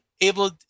able